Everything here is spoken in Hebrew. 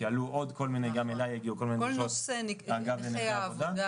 כי עלו עוד כל מיני דרישות אגב נכי העבודה.